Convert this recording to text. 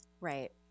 Right